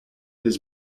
his